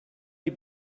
die